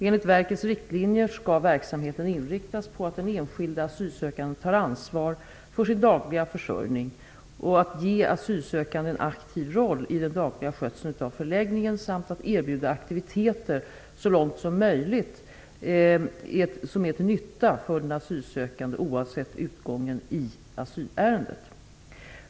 Enligt verkets riktlinjer skall verksamheten inriktas på att den enskilde asylsökande tar ansvar för sin dagliga försörjning, att ge asylsökande en aktiv roll i den dagliga skötseln av förläggningen samt att erbjuda aktiviteter som så långt som möjligt är till nytta för asylsökande oavsett utgången i asylärendet.